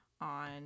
on